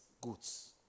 goods